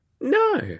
No